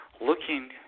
Looking